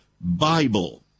Bible